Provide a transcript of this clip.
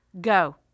Go